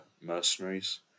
mercenaries